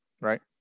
right